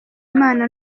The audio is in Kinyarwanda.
imana